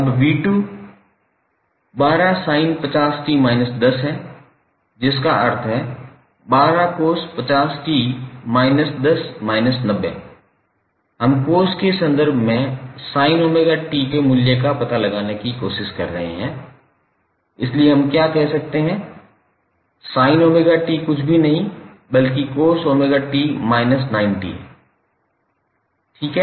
अब 𝑣2 12sin50𝑡−10 है जिसका अर्थ है 12cos50𝑡−10−90 हम cos के संदर्भ में sin𝜔𝑡 के मूल्य का पता लगाने की कोशिश कर रहे हैं इसलिए हम क्या कह सकते हैं sin𝜔𝑡 कुछ भी नहीं बल्कि cos𝜔𝑡−90 है सही है